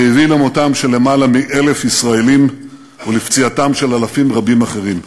שהביא למותם של יותר מ-1,000 ישראלים ולפציעתם של אלפים רבים אחרים.